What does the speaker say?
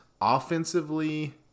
offensively